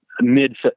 mid